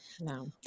No